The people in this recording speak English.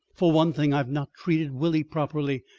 for one thing, i've not treated willie properly.